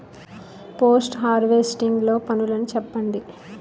Post harvesting లో పనులను చెప్పండి?